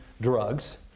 Drugs